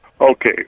Okay